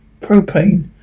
propane